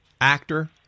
actor